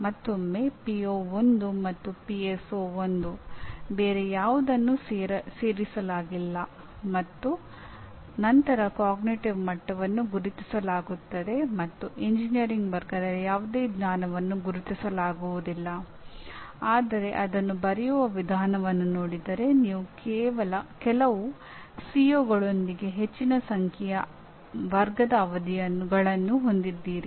ಮತ್ತೊಮ್ಮೆ ಪಿಒ 1 ಹೆಚ್ಚಿನ ಸಂಖ್ಯೆಯ ವರ್ಗದ ಅವಧಿಗಳನ್ನು ಹೊಂದಿದ್ದೀರಿ